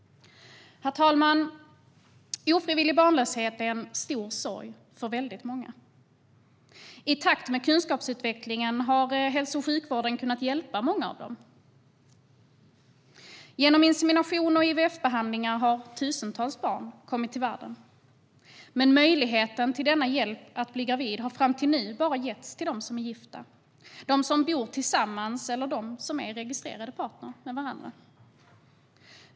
Herr talman! Ofrivillig barnlöshet är en stor sorg för väldigt många. I takt med kunskapsutvecklingen har hälso och sjukvården kunnat hjälpa många av dem. Genom insemination och IVF-behandlingar har tusentals barn kommit till världen. Men möjligheten till denna hjälp att bli gravid har fram till nu bara getts till de som är gifta, de som bor tillsammans eller de som är registrerade partner.